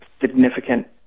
significant